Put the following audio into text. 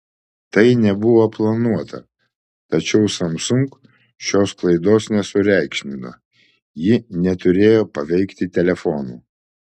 tai nebuvo planuota tačiau samsung šios klaidos nesureikšmino ji neturėjo paveikti telefonų